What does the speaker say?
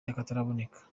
y’akataraboneka